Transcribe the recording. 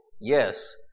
Yes